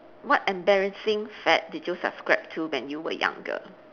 what embarrassing fad did you subscribe to when you were younger